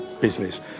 business